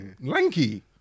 Lanky